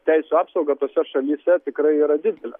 teisių apsauga tose šalyse tikrai yra didelė